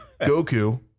Goku